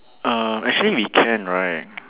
um actually we can right